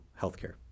healthcare